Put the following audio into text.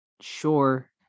sure